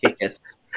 Yes